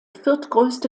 viertgrößte